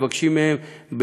מבקשים מהם,